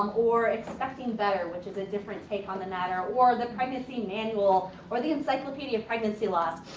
or expecting better, which is a different take on the matter. or the pregnancy manual, or the encyclopedia of pregnancy loss.